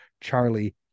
Charlie